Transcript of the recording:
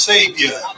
Savior